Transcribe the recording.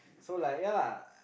so like ya lah